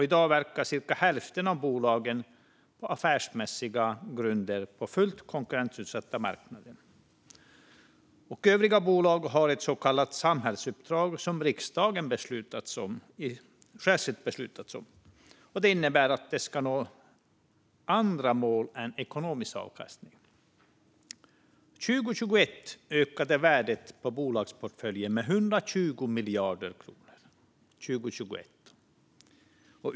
I dag verkar cirka hälften av bolagen på affärsmässiga grunder på fullt konkurrensutsatta marknader. Övriga bolag har ett så kallat samhällsuppdrag som riksdagen särskilt beslutat om. Det innebär att de ska nå andra mål än ekonomisk avkastning. År 2021 ökade värdet på bolagsportföljen med 120 miljarder kronor.